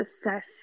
assess